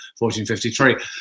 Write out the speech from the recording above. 1453